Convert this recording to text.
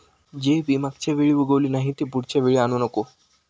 जे बी मागच्या वेळी उगवले नाही, ते पुढच्या वेळी आणू नको